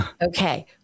Okay